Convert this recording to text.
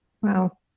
Wow